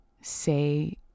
say